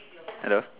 hello